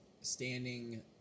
standing